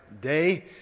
day